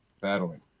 battling